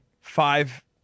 five